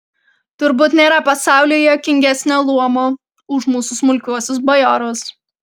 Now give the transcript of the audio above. turbūt nėra pasaulyje juokingesnio luomo už mūsų smulkiuosius bajorus